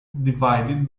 divided